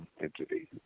entity